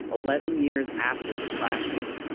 eleven years after the slashing,